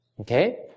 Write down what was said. Okay